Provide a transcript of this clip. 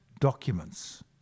documents